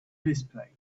display